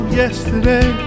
yesterday